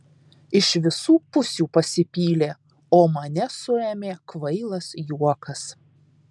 iš visų pusių pasipylė o mane suėmė kvailas juokas